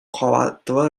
халатлы